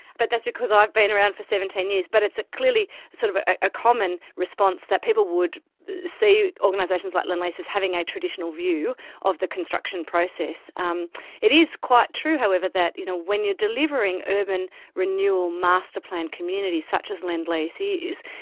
but that's because i've been around for seventeen years, but it's clearly sort of a common response that people would see organisations like lend lease as having a traditional view of the construction process. um it is quite true however that you know when you're delivering urban renewal master plan communities, such as lend lease is